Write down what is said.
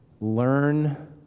learn